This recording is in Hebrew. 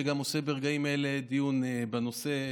שגם עושה ברגעים אלה דיון בנושא.